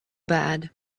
bad